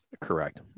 Correct